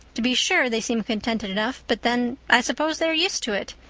to be sure, they seem contented enough but then, i suppose, they're used to it.